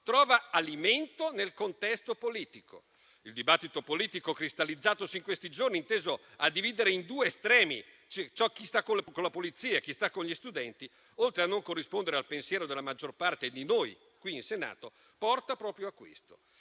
trova alimento nel contesto politico. Il dibattito politico cristallizzatosi in questi giorni, inteso a dividere in due estremi, cioè chi sta con la Polizia e chi sta con gli studenti, oltre a non corrispondere al pensiero della maggior parte di noi qui in Senato, porta proprio a questo.